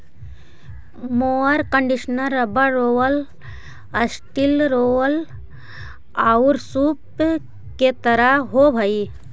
mower conditioner rubber roller, steel roller औउर सूप के तरह के होवऽ हई